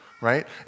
right